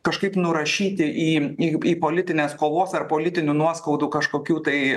kažkaip nurašyti į jeigu į politinės kovos ar politinių nuoskaudų kažkokių tai